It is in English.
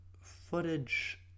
footage